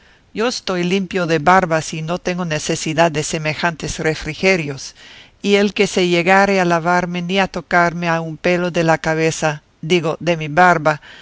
yo estoy limpio de barbas y no tengo necesidad de semejantes refrigerios y el que se llegare a lavarme ni a tocarme a un pelo de la cabeza digo de mi barba